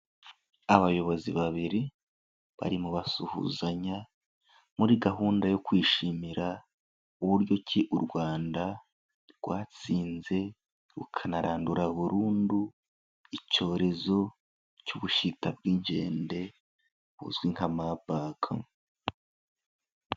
Abayobozi babiri barimo basuhuzanya, muri gahunda yo kwishimira uburyo ki u Rwanda rwatsinze rukanarandura burundu, icyorezo cy'Ubushita bw'inkende buzwi nka Marburg.